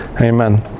Amen